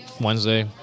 Wednesday